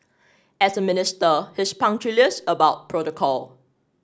as a minister he's punctilious about protocol